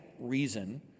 reason